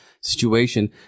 situation